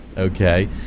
Okay